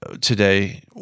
today